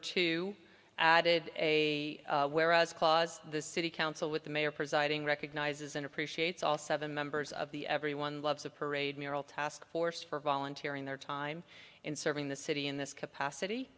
two added a whereas clause the city council with the mayor presiding recognizes and appreciates all seven members of the everyone loves a parade mural task force for volunteering their time in serving the city in this capacity